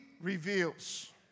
reveals